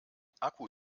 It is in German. akku